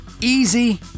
Easy